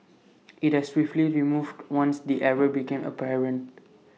IT has swiftly removed once the error became apparent